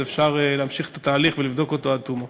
אז אפשר להמשיך את התהליך ולבדוק אותו עד תומו.